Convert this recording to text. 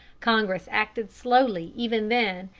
congress acted slowly even then,